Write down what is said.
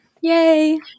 Yay